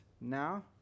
now